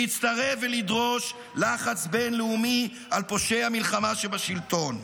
להצטרף ולדרוש לחץ בין-לאומי על פושעי המלחמה שבשלטון.